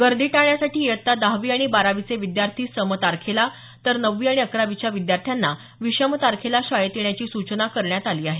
गर्दी टाळण्यासाठी इयत्ता दहावी आणि बारावीचे विद्यार्थीं सम तारखेला तर नववी आणि अकरावीच्या विद्यार्थ्यांना विषम तारखेला शाळेत येण्याची सूचना करण्यात आली आहे